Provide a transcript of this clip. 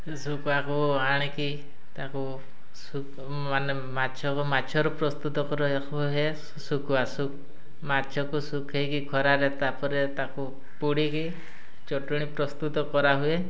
ଶୁଖୁଆକୁ ଆଣିକି ତାକୁ ମାନେ ମାଛକୁ ମାଛରୁ ପ୍ରସ୍ତୁତ କରିବାକୁ ହୁଏ ଶୁଖୁଆ ମାଛକୁ ଶୁଖେଇକି ଖରାରେ ତା'ପରେ ତାକୁ ପୋଡ଼ିକି ଚଟୁଣି ପ୍ରସ୍ତୁତ କରାହୁଏ